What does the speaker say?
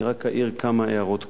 אני רק אעיר כמה הערות קצרות.